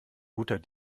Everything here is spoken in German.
guter